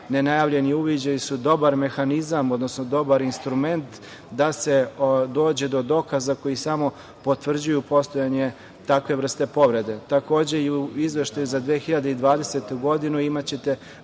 ne najavljeni uviđaji su dobar mehanizam, odnosno dobar instrument da se dođe do dokaza koji samo potvrđuju postojanje takve vrste povrede. Takođe, u izveštaju za 2020. godinu imaćete